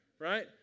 right